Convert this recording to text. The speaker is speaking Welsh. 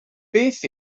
beth